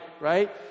right